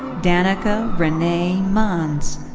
danica renee manns.